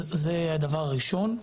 אז זה הדבר הראשון.